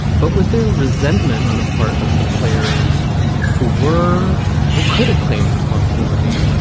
but was there resentment on the part of the players who were who could have claimed responsibility,